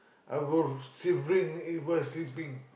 I will still bring it was sleeping